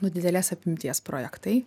nu didelės apimties projektai